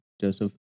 joseph